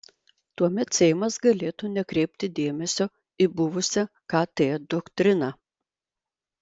tuomet seimas galėtų nekreipti dėmesio į buvusią kt doktriną